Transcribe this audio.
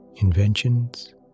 inventions